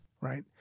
Right